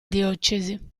diocesi